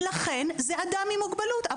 ולכן זה אדם עם מוגבלות.